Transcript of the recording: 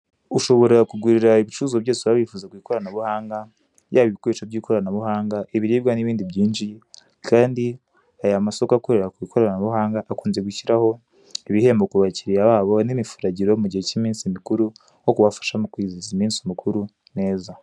Ushobora kugurira ibicuruzwa byose waba wifuza ku ikoranabuhanga, yaba ibikoresho by'ikoranabuhanga, ibiribwa n'ibindi byinshi, kandi aya masoko akorera ku ikoranabuhanga akunze gushyiraho ibihembo ku bakiliya babo n'imifuragiro mugihe cy'iminsi mikuru, nko kubibafashamo kwizihiza iminsi mikuru neza.